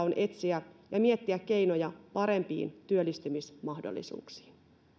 on etsiä ja miettiä keinoja parempiin työllistymismahdollisuuksiin